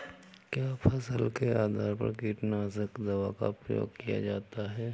क्या फसल के आधार पर कीटनाशक दवा का प्रयोग किया जाता है?